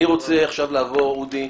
אני רוצה עכשיו לעבור, אודי,